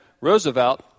Roosevelt